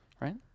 Right